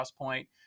Crosspoint